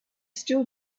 still